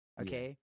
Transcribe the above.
okay